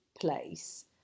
place